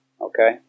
Okay